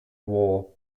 war